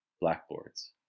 blackboards